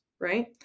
Right